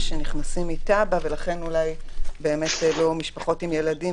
כשנכנסים מטאבה ולכן אולי יגיעו משפחות עם ילדים